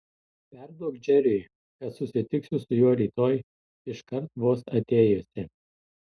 perduok džeriui kad susitiksiu su juo rytoj iškart vos atėjusi